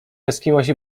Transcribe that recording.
eskimosi